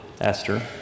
Esther